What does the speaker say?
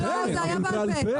לא, זה היה בעל-פה.